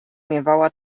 miewała